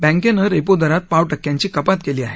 बँकेनं रेपो दरात पाव टक्क्यांची कपात केली आहे